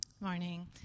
Morning